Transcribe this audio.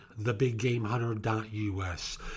thebiggamehunter.us